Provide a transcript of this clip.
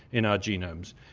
in our genomes.